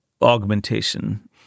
augmentation